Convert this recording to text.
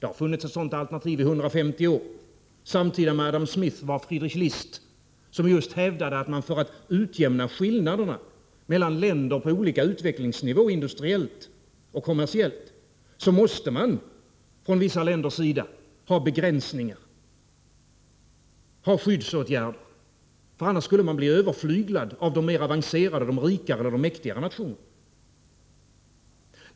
Det har funnits ett sådant alternativ i 150 år. Samtida med Adam Smith var Friedrich List, som just hävdade att man, för att utjämna skillnaderna mellan länder på olika utvecklingsnivå industriellt och kommersiellt, från vissa länders sida måste ha begränsningar och skyddsåtgärder — annars skulle de bli överflyglade av de mer avancerade, de rikare och mäktigare nationerna.